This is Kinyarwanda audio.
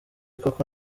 koko